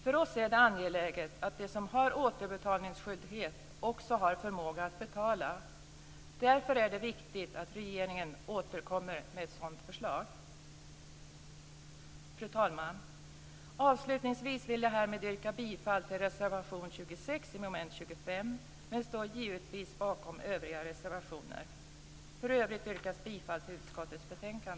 För oss är det angeläget att de som har återbetalningsskyldighet också har förmåga att betala, och därför är det viktigt att regeringen återkommer med ett sådant förslag. Fru talman! Avslutningsvis vill jag härmed yrka bifall till reservation 26 under mom. 25 men står givetvis bakom övriga reservationer. I övrigt yrkar jag bifall till utskottets hemställan.